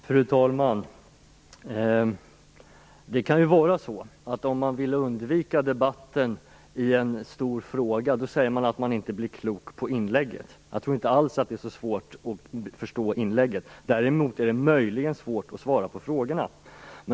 Fru talman! Om man vill undvika debatten i en stor fråga, så säger man att man inte blir klok på inlägget. Jag tror inte alls att det är så svårt att förstå mitt inlägg. Däremot är det möjligen svårt att svara på frågorna.